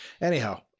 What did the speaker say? Anyhow